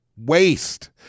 Waste